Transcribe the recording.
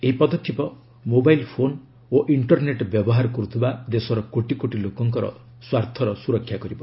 ଏହି ପଦକ୍ଷେପ mobile phone ଓ ଇଷ୍ଟରନେଟ୍ ବ୍ୟବହାର କରୁଥିବା ଦେଶର କୋଟିକୋଟି ଲୋକଙ୍କର ସ୍ୱାର୍ଥର ସ୍ତରକ୍ଷା କରିବ